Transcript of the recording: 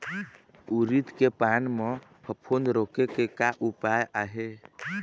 उरीद के पान म फफूंद रोके के का उपाय आहे?